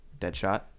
Deadshot